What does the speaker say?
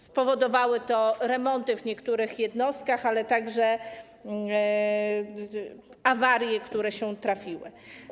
Spowodowały to remonty w niektórych jednostkach, ale także awarie, które się przytrafiły.